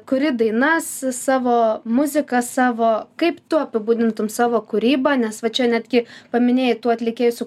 kuri dainas savo muziką savo kaip tu apibūdintum savo kūrybą nes va čia netgi paminėjai tų atlikėjų su